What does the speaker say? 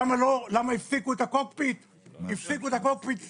למה הפסיקו את הקוקפיט הפסיקו את הקוקפיט סתם.